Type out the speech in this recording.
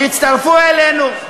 הצטרפו אלינו,